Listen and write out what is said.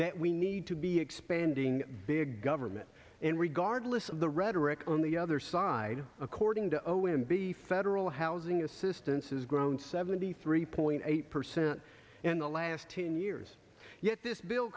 freddie we need to be expanding big government and regardless of the rhetoric on the other side according to o m b federal housing assistance has grown seventy three point eight percent in the last ten years yet this bill